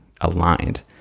aligned